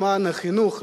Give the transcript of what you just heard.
למען החינוך,